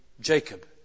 Jacob